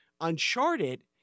Uncharted